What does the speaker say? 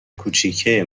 کوچیکه